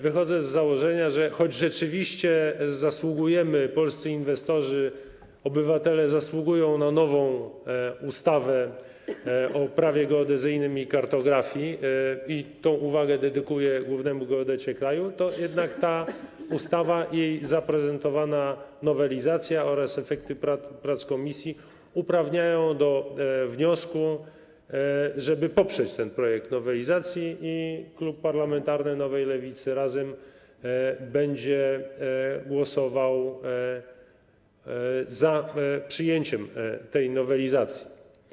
Wychodzę z założenia, że choć rzeczywiście zasługujemy, polscy inwestorzy, obywatele zasługują na nową ustawę o prawie geodezyjnym i kartografii, i tę uwagę dedykuję głównemu geodecie kraju, to jednak ta ustawa, jej zaprezentowana nowelizacja oraz efekty prac komisji uprawniają do wniosku, żeby poprzeć ten projekt nowelizacji, i klub parlamentarny Nowej Lewicy - Razem będzie głosował za przyjęciem tej nowelizacji.